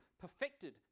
perfected